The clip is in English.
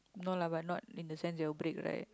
no lah but not in the sense it'll break right